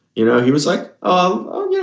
you know, he was like, oh, yeah